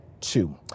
two